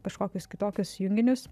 kažkokius kitokius junginius